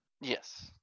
Yes